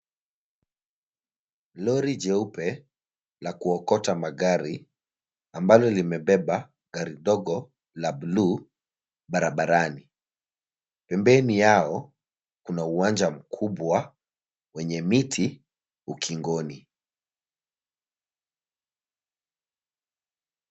Lori jeupe la kuokota magari ambalo limebeba gari dogo la blue barabarani. Pembeni yao kuna uwanja mkubwa wenye miti ukingoni.